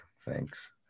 Thanks